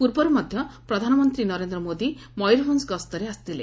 ପ୍ରବରୁ ମଧ୍ଧ ପ୍ରଧାନମନ୍ତୀ ନରେନ୍ଦ୍ର ମୋଦି ମୟରଭଞ ଗସ୍ତରେ ଆସିଥିଲେ